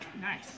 Nice